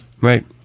right